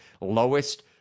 lowest